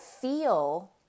feel